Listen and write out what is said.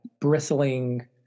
bristling